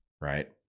Right